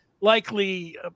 likely